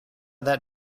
that